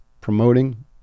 promoting